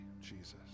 Jesus